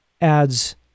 adds